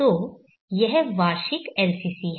तो यह वार्षिक LCC है